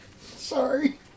Sorry